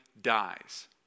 dies